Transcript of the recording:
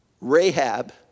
Rahab